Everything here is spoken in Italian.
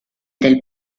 del